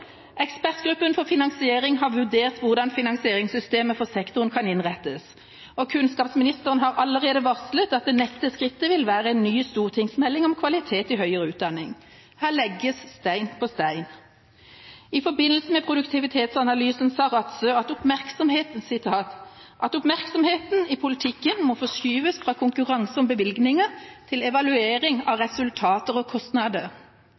Ekspertgruppen for finansering har vurdert hvordan finansieringssystemet for sektoren kan innrettes, og kunnskapsministeren har allerede varslet at det neste skrittet vil være en ny stortingsmelding om kvalitet i høyere utdanning. Her legges stein på stein. I forbindelse med produktivitetsanalysene sa Rattsø: «Oppmerksomheten i politikken må forskyves fra konkurranse om bevilgninger til evaluering av resultater og kostnader.»